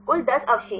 कुल 10 अवशेष